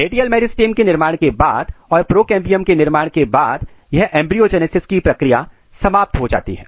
radial meristem के निर्माण के बाद और प्रोकेंबियम के निर्माण के बाद यह एंब्रियो जेनेसिस की प्रक्रिया समाप्त हो जाती है